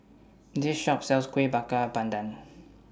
This Shop sells Kuih Bakar Pandan